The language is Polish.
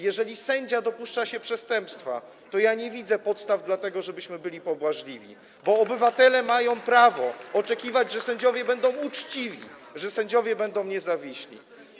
Jeżeli sędzia dopuszcza się przestępstwa, to ja nie widzę podstaw dla tego, żebyśmy byli pobłażliwi, bo obywatele mają prawo oczekiwać, że sędziowie będą uczciwi, że sędziowie będą niezawiśli.